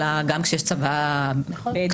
אלא גם כשיש צוואה כתובה.